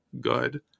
good